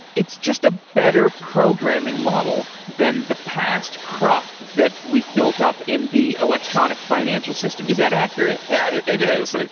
it's just a better programming model than the past craft that we've built up in the electronic financial system, is that accurate? yeah it is.